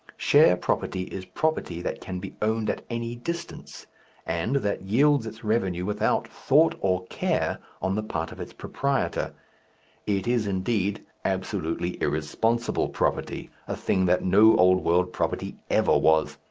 share property is property that can be owned at any distance and that yields its revenue without thought or care on the part of its proprietor it is, indeed, absolutely irresponsible property, a thing that no old world property ever was.